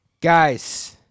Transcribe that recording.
guys